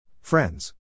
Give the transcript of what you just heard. Friends